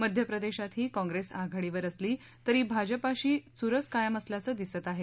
मध्य प्रदेशातही काँप्रेस आघाडीवर असली तरी भाजपाशी चुरस कायम असल्याचं दिसत आहे